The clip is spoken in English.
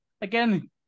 Again